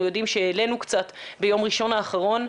יודעים שהעלינו קצת ביום ראשון האחרון,